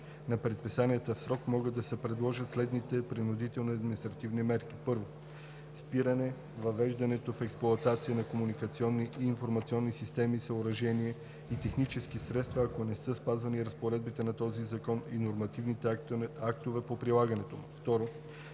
на предписанията в срок могат да се приложат следните принудителни административни мерки: 1. спиране въвеждането в експлоатация на комуникационни и информационни системи, съоръжения и технически средства, ако не са спазени разпоредбите на този закон и нормативните актове по прилагането му; 2.